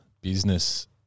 business